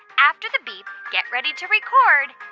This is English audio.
after the beep, get ready to record